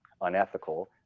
unethical